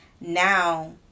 now